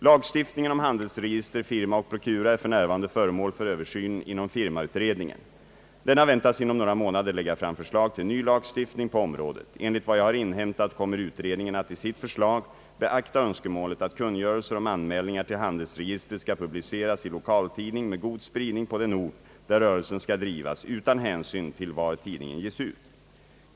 Lagstiftningen om handelsregister, firma och prokura är f. n. föremål för översyn inom firmautredningen. Denna väntas inom några månader lägga fram förslag till ny lagstiftning på området. Enligt vad jag har inhämtat kommer utredningen att i sitt förslag beakta önskemålet att kungörelser om anmälningar till handelsregistret skall publiceras i lokaltidning med god spridning på den ort där rörelsen skall drivas utan hänsyn till var tidningen ges ut.